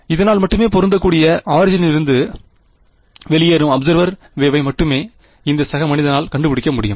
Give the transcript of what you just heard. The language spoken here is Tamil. இதனால் மட்டுமே பொருந்தக்கூடிய ஆரிஜினிலிருந்து வெளியேறும் அபிசேர்வர் வேவை மட்டுமே இந்த சக மனிதனால் கண்டுபிடிக்க முடியும்